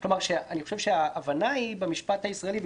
ההבנה במשפט הישראלי,